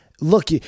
Look